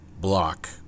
block